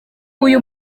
uyu